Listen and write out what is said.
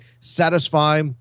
satisfy